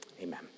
Amen